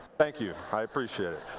thank you. i appreciate it.